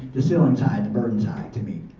the ceiling's high, the burden's high to me.